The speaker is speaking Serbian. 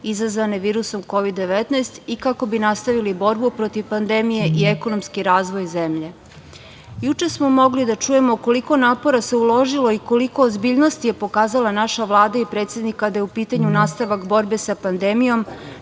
izazvane virusom Kovid 19 i kako bi nastavili borbu protiv pandemije i ekonomski razvoj zemlje. Juče smo mogli da čujemo koliko napora se uložilo i koliko ozbiljnosti je pokazala naša Vlada i predsednik kada je u pitanju nastavak borbe sa pandemijom,